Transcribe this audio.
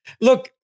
Look